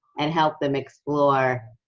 and help them explore